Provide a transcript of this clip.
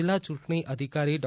જિલ્લા ચૂંટણી અધિકારો ડો